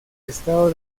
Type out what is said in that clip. estado